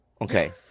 okay